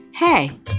hey